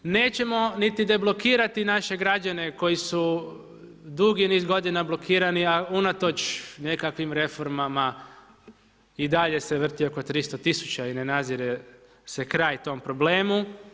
Nećemo niti deblokirati naše građane koji su dugi niz godina blokirani a unatoč nekakvim reformama i dalje se vrti oko 300 000 i ne nazire se kraj tom problemu.